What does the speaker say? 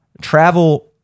travel